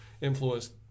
influenced